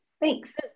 Thanks